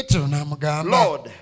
Lord